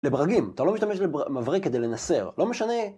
לברגים, אתה לא משתמש במברג כדי לנסר, לא משנה